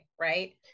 right